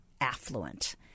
affluent